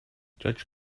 judge